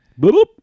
Boop